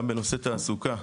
גם בנושא תעסוקה,